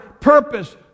purpose